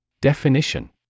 Definition